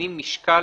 נותנים משקל